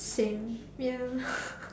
same feel